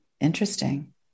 Interesting